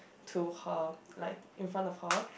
to her like in front of her